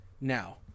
Now